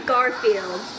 Garfield